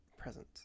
Present